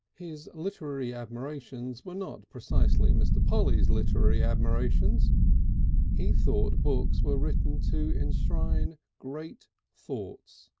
his literary admirations were not precisely mr. polly's literary admirations he thought books were written to enshrine great thoughts,